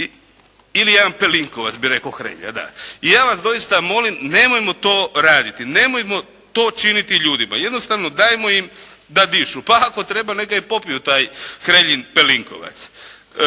ili jedan Pelinkovac bi rekao Hrelja. I ja vas dosita molim, nemojmo to raditi, nemojmo to činiti ljudima. Jednostavno dajmo im da dišu, pa ako treba neka i popiju Hreljin Pelinkovac.